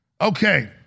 Okay